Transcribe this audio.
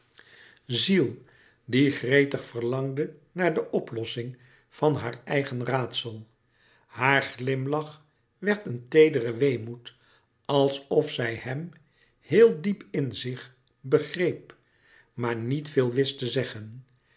ziel die gretig verlangde naar de oplossing van haar eigen raadsel haar glimlach werd een teedere weemoed alsof zij hem heel diep in zich begreep maar niet veel wist te zeggen